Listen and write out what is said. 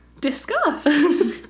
Discuss